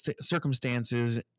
circumstances